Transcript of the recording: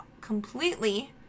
completely